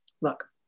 Look